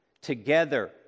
Together